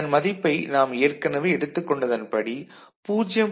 அதன் மதிப்பை நாம் ஏற்கனவே எடுத்துக் கொண்டதன் படி 0